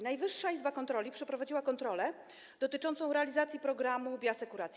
Najwyższa Izba Kontroli przeprowadziła kontrolę dotyczącą realizacji programu bioasekuracji.